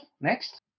next